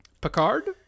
Picard